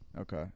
Okay